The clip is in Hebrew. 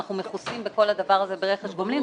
אנחנו מכוסים בכל הדבר הזה ברכש גומלין.